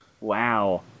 Wow